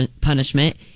punishment